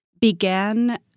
began